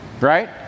right